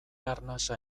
arnasa